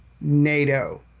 NATO